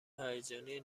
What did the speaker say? هیجانی